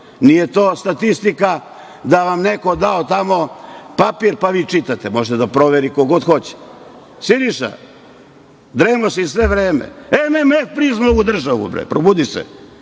Nije to statistika da vam neko dao tamo papir pa vi čitate, može da proveri ko god hoće. Siniša, dremao si sve vreme, MMF priznao ovu državu bre, probudi se,